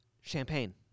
Champagne